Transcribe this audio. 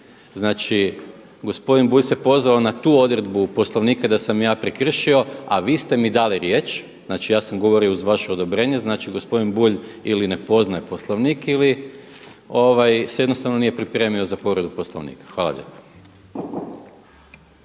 Znači, gospodin Bulj se pozvao na tu odredbu Poslovnika da sam ja prekršio a vi ste mi dali riječ, znači ja sam govorio uz vaše odobrenje. Znači gospodin Bulj ili ne poznaje Poslovnik ili se jednostavno nije pripremio za povredu Poslovnika. Hvala lijepa.